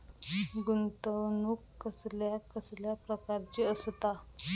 गुंतवणूक कसल्या कसल्या प्रकाराची असता?